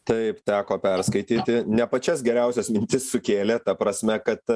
taip teko perskaityti ne pačias geriausias mintis sukėlė ta prasme kad